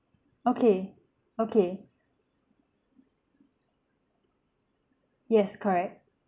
okay okay yes correct